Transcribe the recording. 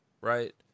right